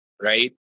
right